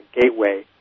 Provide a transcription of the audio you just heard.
Gateway